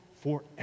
forever